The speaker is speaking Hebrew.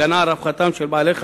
הגנה על רווחתם של בעלי-חיים,